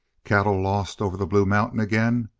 cattle lost over the blue mountains again?